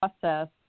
process